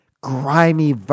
grimy